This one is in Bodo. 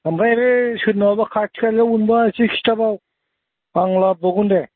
ओमफ्राय बे सोरनावबा खाथि खालायाव मोनबा खिथाबाव आं लाबोबावगोन दे